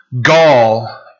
Gall